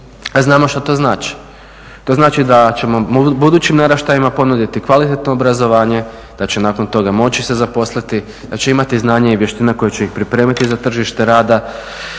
znamo što to znači. To znači da ćemo budućim naraštajima ponuditi kvalitetno obrazovanje, da će nakon toga moći se zaposliti, da će imati znanja i vještina koje će ih pripremiti za tržište rada,